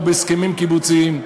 או בהסכמים קיבוציים.